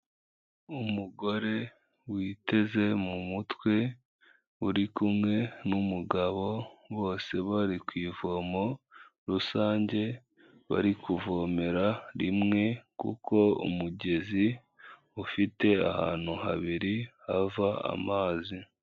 Umugore witeze mu mutwe uri kumwe n'umugabo bose bari ku ivomo rusange bari kuvomera rimwe kuko umugezi ufite ahantu habiri hava amazi